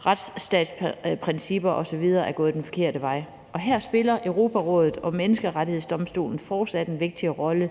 retsstatsprincipper osv. er gået den forkerte vej. Her spiller Europarådet og Menneskerettighedsdomstolen fortsat en vigtig rolle.